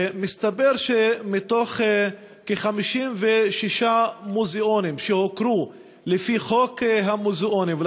ומסתבר שבתוך 56 מוזיאונים שהוכרו לפי חוק המוזיאונים,